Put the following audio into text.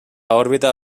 òrbita